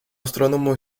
astrónomo